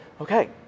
okay